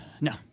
No